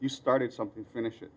you started something to finish it